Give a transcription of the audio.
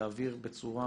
יעביר בצורה